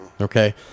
Okay